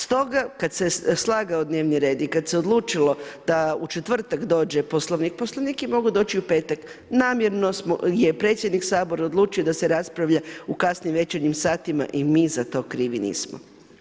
Stoga kad se slagao dnevni red i kad se odlučilo da u četvrtak dođe Poslovnik, Poslovnik je mogao doći i u petak, namjerno je predsjednik Sabora odlučio da se raspravlja u kasnim večernjim satima i mi za to krivi nismo.